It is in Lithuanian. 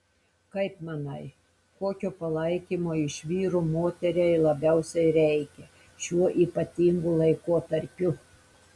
kaip manai kokio palaikymo iš vyro moteriai labiausiai reikia šiuo ypatingu laikotarpiu